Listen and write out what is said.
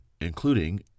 including